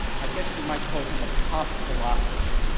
i guess you might call him a pop philosopher,